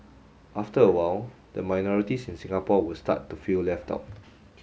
after a while the minorities in Singapore would start to feel left out